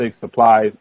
supplies